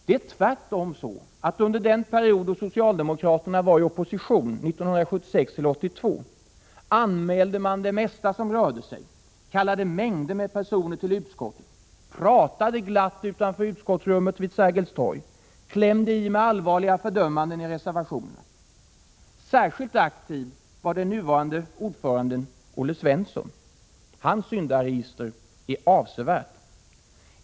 Det är tvärtom så att under den period då socialdemokraterna var i opposition, 1976—1982, anmälde man det mesta som rörde sig, kallade mängder med personer till utskottet, pratade glatt utanför utskottsrummet vid Sergels torg och klämde i med allvarliga fördömanden i reservationerna. Särskilt aktiv var den nuvarande ordföranden Olle Svensson. Hans ”syndaregister” är avsevärt.